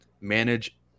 manage